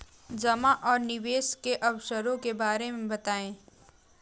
जमा और निवेश के अवसरों के बारे में बताएँ?